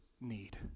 need